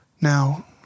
now